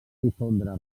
difondre